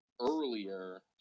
earlier